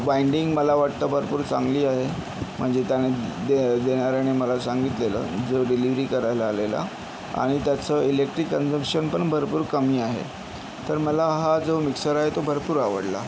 winding मला वाटतं भरपूर चांगली आहे म्हणजे त्यांने देण्या देणाऱ्याने मला सांगितलेलं जो डिलिव्हरी करायला आलेला आणि त्याचं इलेक्ट्रिक कंजम्शन पण भरपूर कमी आहे तर मला हा जो मिक्सर आहे तो भरपूर आवडला